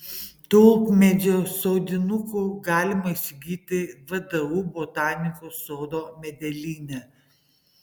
tulpmedžio sodinukų galima įsigyti vdu botanikos sodo medelyne